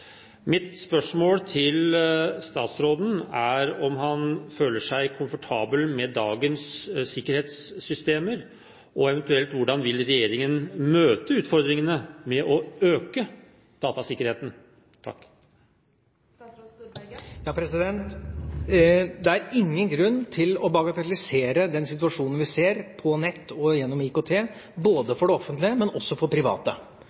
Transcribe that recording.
er: Føler statsråden seg komfortabel med dagens sikkerhetssystemer? Hvordan vil regjeringen eventuelt møte utfordringene ved å øke datasikkerheten? Det er ingen grunn til å bagatellisere den situasjonen vi ser på nett og gjennom IKT – ikke bare for det offentlige, men også for private.